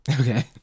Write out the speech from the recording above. Okay